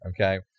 okay